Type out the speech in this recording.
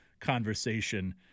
conversation